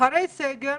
אחרי הסגר,